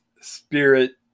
Spirit